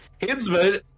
Hinsman